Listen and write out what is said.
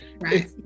Right